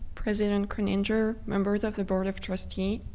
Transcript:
president croninger, members of the board of trustees,